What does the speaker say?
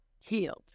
healed